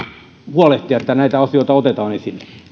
huolehtia että näitä asioita otetaan esille